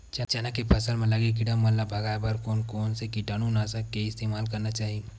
चना के फसल म लगे किड़ा मन ला भगाये बर कोन कोन से कीटानु नाशक के इस्तेमाल करना चाहि?